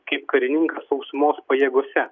kaip karininkas sausumos pajėgose